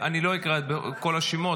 אני לא אקרא את כל השמות,